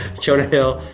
jonah hill,